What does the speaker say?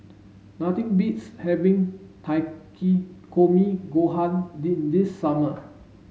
nothing beats having Takikomi Gohan this summer